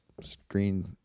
screen